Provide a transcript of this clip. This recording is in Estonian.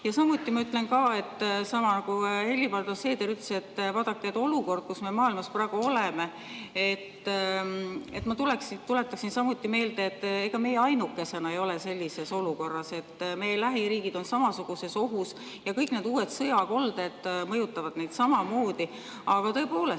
üle. Ma ütlen ka samamoodi, nagu Helir-Valdor Seeder ütles, et vaadake olukorda, kus me maailmas praegu oleme. Ma tuletaksin samuti meelde, et ega meie ainukesena ei ole sellises olukorras. Meie lähiriigid on samasuguses ohus ja kõik need uued sõjakolded mõjutavad neid samamoodi. Aga tõepoolest,